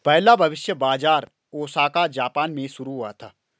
पहला भविष्य बाज़ार ओसाका जापान में शुरू हुआ था